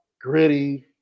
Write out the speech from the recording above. Gritty